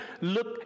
look